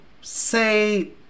say